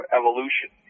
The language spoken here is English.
evolution